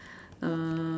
uh